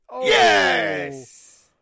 yes